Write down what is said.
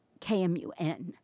KMUN